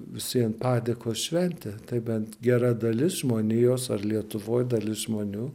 visiem padėkos šventę tai bent gera dalis žmonijos ar lietuvoj dalis žmonių